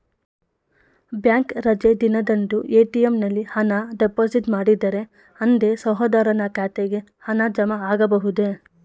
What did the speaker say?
Bank ರಜೆ ದಿನದಂದು ATM ನಲ್ಲಿ ಹಣ ಡಿಪಾಸಿಟ್ ಮಾಡಿದರೆ ಅಂದೇ ಸಹೋದರನ ಖಾತೆಗೆ ಹಣ ಜಮಾ ಆಗಬಹುದೇ?